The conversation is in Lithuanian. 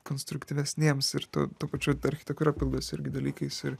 konstruktyvesniems ir tuo tuo pačiu ta architektūra pildosi irgi dalykais ir